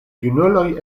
junuloj